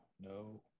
No